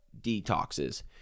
detoxes